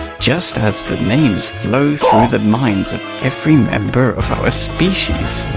just as the names flow through the minds of every member of our species.